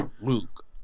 Luke